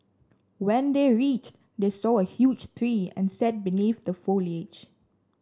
when they reached they saw a huge tree and sat beneath the foliage